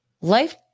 Life